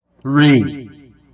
Three